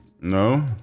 No